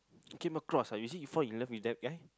came across ah is it you fall in love with that guy